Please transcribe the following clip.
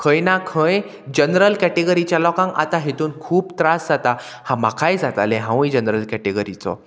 खंय ना खंय जनरल कॅटेगरीच्या लोकांक आतां हेतून खूब त्रास जाता हा म्हाकाय जातालें हांवूय जनरल कॅटेगरीचो